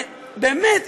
באמת,